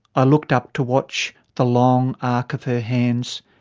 i looked up to watch the long arc of her hands,